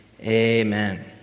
Amen